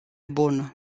bună